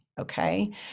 Okay